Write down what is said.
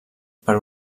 per